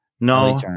No